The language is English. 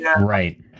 Right